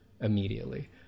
immediately